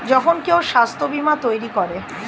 যখন কেউ স্বাস্থ্য বীমা তৈরী করে